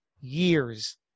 years